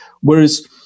Whereas